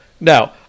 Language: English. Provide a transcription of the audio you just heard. Now